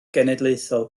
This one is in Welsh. genedlaethol